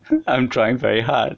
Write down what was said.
I'm trying very hard